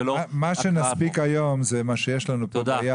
מה שנספיק היום זה מה שיש לנו פה ביד,